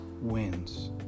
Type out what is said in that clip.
wins